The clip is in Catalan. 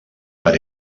per